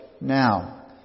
now